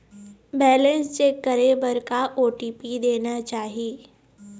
Balance check करे बर का ओ.टी.पी देना चाही?